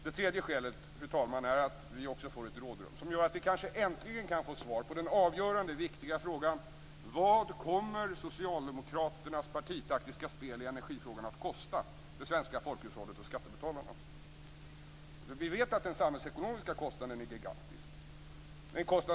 Det tredje skälet är att vi får ett rådrum som kanske gör att vi äntligen kan få svar på den avgörande och viktiga frågan: Vad kommer socialdemokraternas partitaktiska spel i energifrågan att kosta för det svenska folkhushållet och skattebetalarna? Vi vet att den samhällsekonomiska kostnaden är gigantisk.